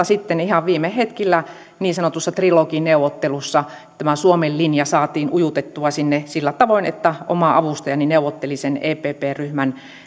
sitten ihan viime hetkillä niin sanotussa trilogineuvottelussa tämä suomen linja saatiin ujutettua sinne sillä tavoin että oma avustajani neuvotteli sen epp ryhmän